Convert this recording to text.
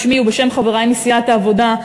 בשמי ובשם חברי מסיעת העבודה,